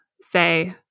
say